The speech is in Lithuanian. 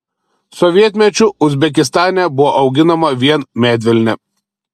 sovietmečiu uzbekistane buvo auginama vien medvilnė